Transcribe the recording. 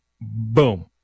boom